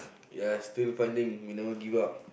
yes still finding we never give up